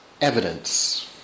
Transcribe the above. evidence